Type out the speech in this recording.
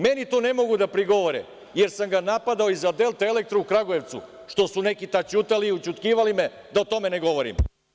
Meni to ne mogu da prigovore, jer sam ga napadao i za „Delta elektro“ u Kragujevcu, što su neki tad ćutali i ućutkivali me da o tome ne govorim.